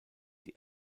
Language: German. die